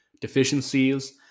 deficiencies